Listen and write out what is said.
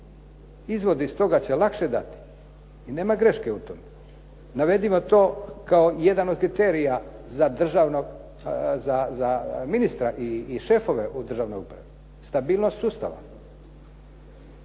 Izvod iz toga će lakše dati. I nema greške u tome. Navedimo to kao jedan od kriterija za ministra i šefove u državnoj upravi. Stabilnost sustava.